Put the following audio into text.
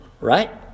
right